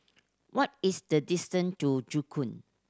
what is the distance to Joo Koon